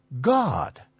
God